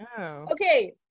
Okay